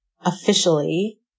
officially